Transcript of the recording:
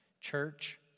Church